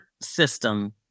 system